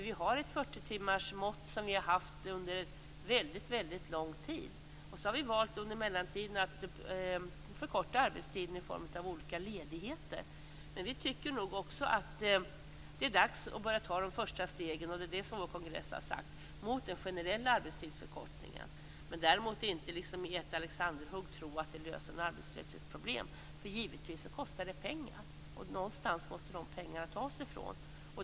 Vi har ett 40-timmarsmått som vi har haft under väldigt lång tid. Så har vi valt under mellantiden att förkorta arbetstiden i form av olika ledigheter. Vi tycker också att det är dags att börja ta de första stegen, och det är det vår kongress har sagt, mot en generell arbetstidsförkortning. Däremot tror vi inte att vi med ett alexanderhugg kan lösa arbetslöshetsproblemen. Givetvis kostar det pengar. Någonstans måste de pengarna tas ifrån.